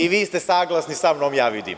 I vi ste saglasni sa mnom, ja vidim.